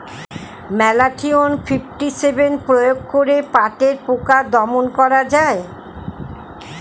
Malathion fifty seven প্রয়োগ করে পাটের পোকা দমন করা যায়?